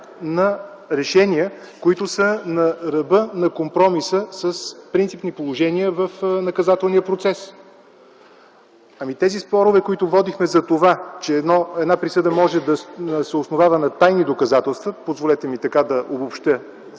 на решения, които са на ръба на компромиса с принципни положения в наказателния процес. Ами тези спорове, които водихме – че една присъда може да се основава на тайни доказателства – позволете ми така да обобщя